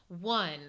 One